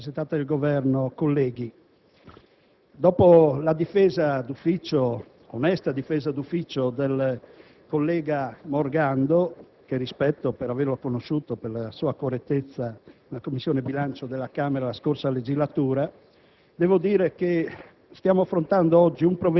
Signor Presidente, signor rappresentante del Governo, colleghi, dopo l'onesta difesa d'ufficio del collega Morgando (che rispetto per averlo conosciuto in tutta la sua correttezza in Commissione bilancio alla Camera, nella scorsa legislatura),